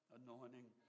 anointing